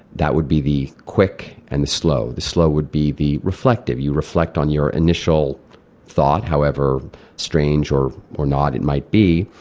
that would be the quick, and the slow. the slow would be the reflective, you reflect on your initial thought, however strange or or not it might be,